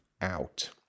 out